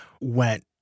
went